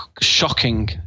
shocking